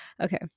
okay